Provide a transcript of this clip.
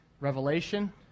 Revelation